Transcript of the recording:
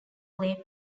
play